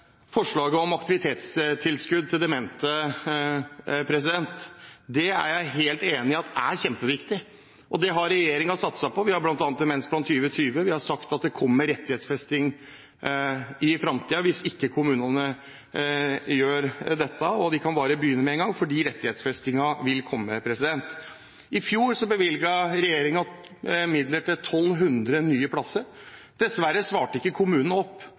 forslaget om aktivitetstilskudd til demente. Det er jeg helt enig i er kjempeviktig, og det har regjeringen satset på. Vi har bl.a. Demensplan 2020, og vi har sagt at det kommer rettighetsfesting i fremtiden hvis ikke kommunene gjør dette. Og de kan bare begynne med en gang, for rettighetsfestingen vil komme. I fjor bevilget regjeringen midler til 1 200 nye plasser. Dessverre fulgte ikke kommunene opp.